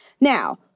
Now